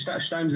שתיים,